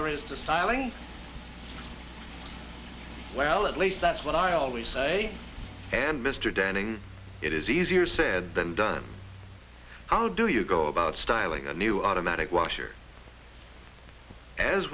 there is the siling well at least that's what i always say and mr denning it is easier said than done how do you go about styling a new automatic washer as